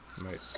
Right